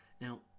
Now